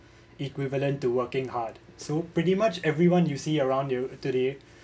equivalent to working hard so pretty much everyone you see around you today